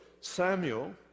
Samuel